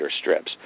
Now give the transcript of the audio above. strips